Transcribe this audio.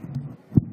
עודה.